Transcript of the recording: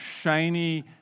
shiny